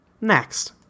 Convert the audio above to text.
Next